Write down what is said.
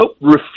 nope